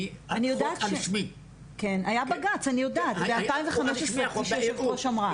היה בג"ץ אני יודעת ב-2015, כמו שהיושב ראש אמרה.